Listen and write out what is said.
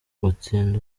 utsinda